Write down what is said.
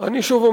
לא חשוב.